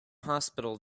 hospital